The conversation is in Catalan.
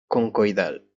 concoidal